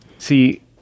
See